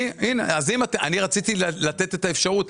אני רציתי לתת את האפשרות.